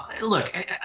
Look